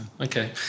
Okay